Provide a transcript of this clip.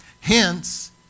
hence